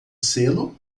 selo